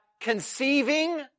conceiving